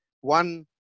one